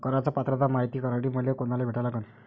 कराच पात्रता मायती करासाठी मले कोनाले भेटा लागन?